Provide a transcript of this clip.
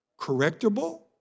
correctable